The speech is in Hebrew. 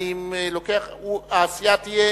הסיעה תהיה